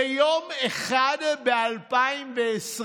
ליום אחד, ב-2020,